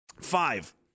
Five